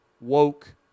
woke